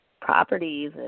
properties